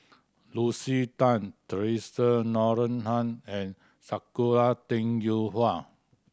Lucy Tan Theresa Noronha and Sakura Teng Ying Hua